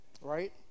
right